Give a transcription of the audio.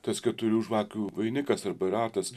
tas keturių žvakių vainikas arba ratas